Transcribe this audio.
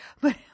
but-